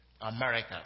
America